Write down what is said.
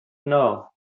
know